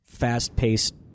Fast-paced